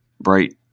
bright